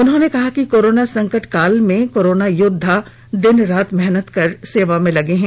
उन्होंने कहा कि कोरोना संकट काल में कोरोना योद्वा दिन रात मेहनत कर सेवा में लगे हुए हैं